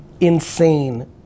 insane